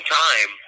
time